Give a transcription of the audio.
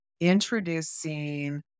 introducing